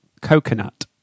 coconut